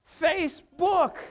Facebook